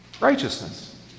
righteousness